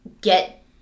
get